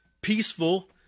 peaceful